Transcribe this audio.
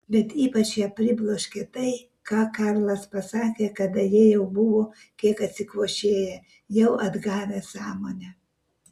bet ypač ją pribloškė tai ką karlas pasakė kada jie jau buvo kiek atsikvošėję jau atgavę sąmonę